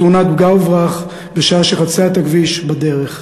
בתאונת פגע-וברח, בשעה שחצתה את הכביש בדרך.